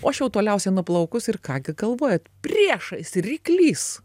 o aš jau toliausiai nuplaukus ir ką gi galvojat priešais ryklys